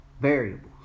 variables